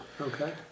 Okay